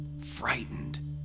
frightened